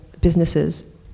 businesses